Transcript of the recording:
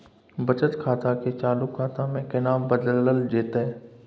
बचत खाता के चालू खाता में केना बदलल जेतै?